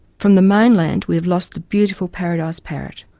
from the mainland we have lost the beautiful paradise parrot.